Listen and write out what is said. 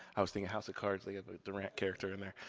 i was thinking house of cards, they have a durant character in there.